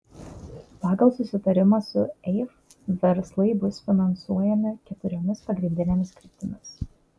pagal susitarimą su eif verslai bus finansuojami keturiomis pagrindinėmis kryptimis